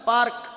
Park